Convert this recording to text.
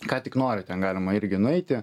ką tik norit ten galima irgi nueiti